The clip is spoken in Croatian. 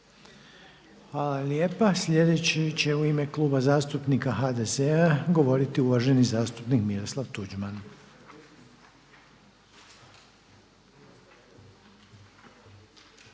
Hvala lijepa. Sljedeći će u ime Kluba zastupnika HDZ-a govoriti uvaženi zastupnik Miroslav Tuđman.